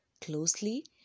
closely